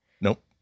Nope